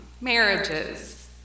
marriages